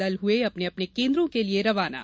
दल हुए अपने अपने केन्द्रों के लिए रवाना